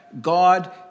God